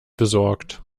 besorgt